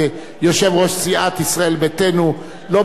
לא ברמה האישית, אלא ברמה של הכיסאות.